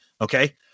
Okay